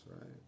right